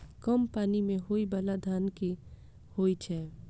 कम पानि मे होइ बाला धान केँ होइ छैय?